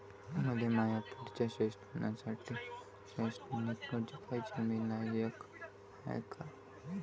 मले माया पुढच्या शिक्षणासाठी शैक्षणिक कर्ज पायजे, मी लायक हाय का?